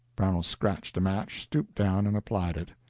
brownell scratched a match, stooped down, and applied it.